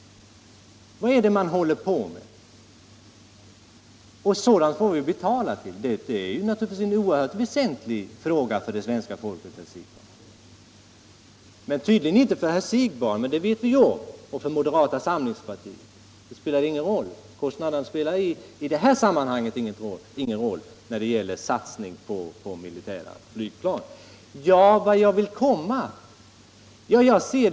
Vad är det man håller på med, och vad är det vi får betala för? Naturligtvis är detta oerhört väsentliga frågor för svenska folket. Men det är det tydligen inte för herr Siegbahn och moderata samlingspartiet. Det visste vi förstås förut. När det gäller att satsa på militära flygplan spelar kostnaderna ingen roll för dem.